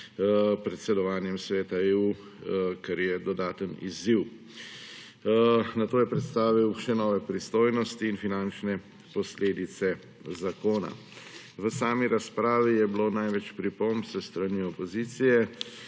predsedovanjem Sveta EU, kar je dodaten izziv. Nato je predstavil še nove pristojnosti in finančne posledice zakona. V sami razpravi je bilo največ pripomb s strani opozicije,